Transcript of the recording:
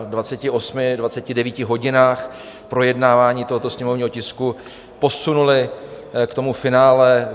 ... dvaceti osmi, dvaceti devíti hodinách projednávání tohoto sněmovního tisku posunuli k tomu finále.